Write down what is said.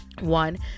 One